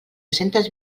centes